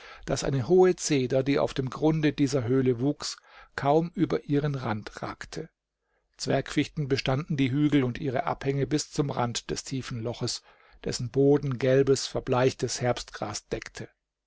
daß eine hohe ceder die auf dem grunde dieser höhle wuchs kaum über ihren rand ragte zwergfichten bestanden die hügel und ihre abhänge bis zum rand des tiefen loches dessen boden gelbes verbleichtes herbstgras deckte